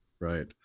right